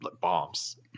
bombs